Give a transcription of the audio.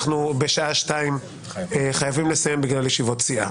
בשעה 14:00 אנחנו חייבים לסיים בגלל ישיבות סיעה.